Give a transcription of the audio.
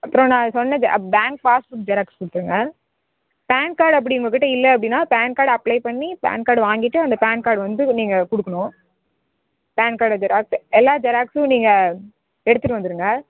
அப்புறோம் நான் சொன்ன பேங்க் பாஸ் புக் ஜெராக்ஸ் கொடுத்துருங்க பேன் கார்டு அப்படி உங்கள் கிட்ட இல்லை அப்படினால் பேன் கார்டு அப்ளை பண்ணி பேன் கார்டு வாங்கிட்டு அந்த பேன் கார்டு வந்து நீங்கள் கொடுக்குணும் பேன் கார்டு ஜெராக்ஸ் எல்லா ஜெராக்ஸ்ஸும் நீங்கள் எடுத்துட்டு வந்துடுங்க